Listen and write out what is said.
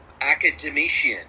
academician